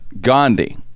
Gandhi